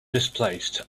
misplaced